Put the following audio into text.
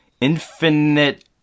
Infinite